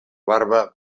barba